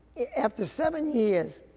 after seven years,